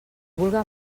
vulga